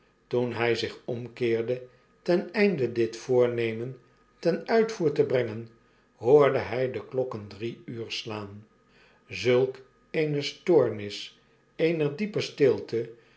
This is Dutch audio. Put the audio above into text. toen hy zich omkeerde ten einde dit voornemen ten uitvoer te brengen hoorde hg de klokken drie uur slaan zulk eene stoornis eener diepe stilte